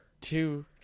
Two